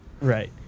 right